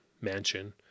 mansion